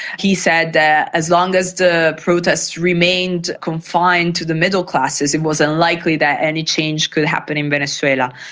he said that as long as the protests remained confined to the middle classes it was unlikely that any change could happen in venezuela.